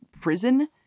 prison